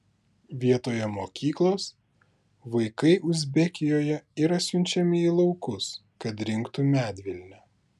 vietoje mokyklos vaikai uzbekijoje yra siunčiami į laukus kad rinktų medvilnę